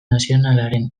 nazionalaren